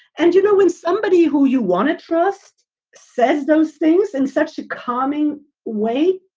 and, you know, when somebody who you want to trust says those things in such a calming way,